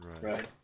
Right